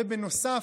ובנוסף,